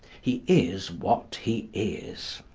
he is what he is.